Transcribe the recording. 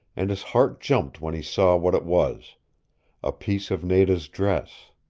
and his heart jumped when he saw what it was a piece of nada's dress.